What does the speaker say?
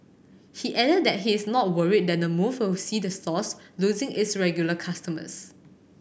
he added that he is not worried that the move will see the source losing its regular customers